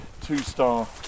two-star